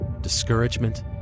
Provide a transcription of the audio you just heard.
discouragement